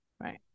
Right